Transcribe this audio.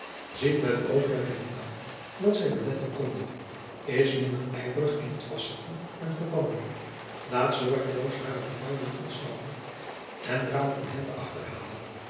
ziet met oogluiking aan wat zij beletten konde is minder ijverig in het vastzetten en verbannen laat zorgeloos hare gevangenen ontsnappen en draalt in hen te achterhalen